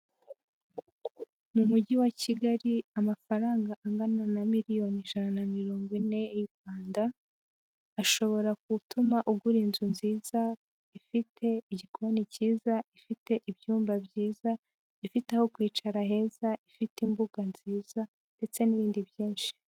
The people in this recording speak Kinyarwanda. Mu mujyi wa Kigali amafaranga angana na miliyoni ijana na mirongo ine y'u Rwanda, ashobora gutuma ugura inzu nziza ifite igikoni cyiza, ifite ibyumba byiza, ifite aho kwicara heza, ifite imbuga nziza ndetse n'ibindi byinshi.